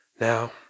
now